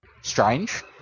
Strange